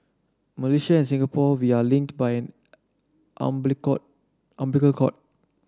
Malaysia and Singapore we are linked by an cord umbilical cord